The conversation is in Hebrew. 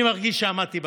אני מרגיש שעמדתי במשימה,